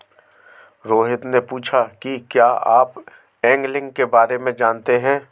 रोहित ने पूछा कि क्या आप एंगलिंग के बारे में जानते हैं?